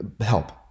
help